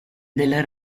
della